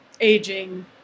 aging